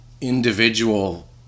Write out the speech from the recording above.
individual